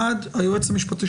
צריכים להבין את זה העובדה הזאת.